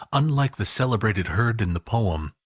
unlike the celebrated herd in the poem,